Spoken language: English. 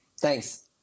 Thanks